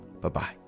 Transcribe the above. Bye-bye